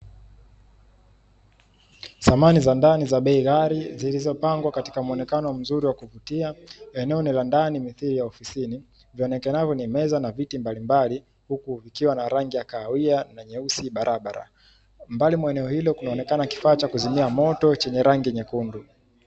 Samani za ndani za bei ghali zilizopangwa katika mwonekano mzuri wa kuvutia, eneo ni la ndani mithili ya ofisini vionekanavyo ni meza na viti mbalimbali, huku ikiwa na rangi ya kahawia na nyeusi barabara mbali maeneo hilo kunaonekana kifaa cha kuzimia moto chenye rangi nyekundu.